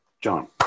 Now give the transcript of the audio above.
John